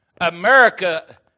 America